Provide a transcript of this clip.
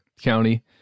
County